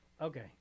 okay